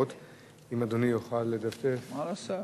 1900. ברשותך,